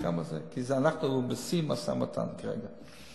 אנחנו בשיא המשא-ומתן כרגע.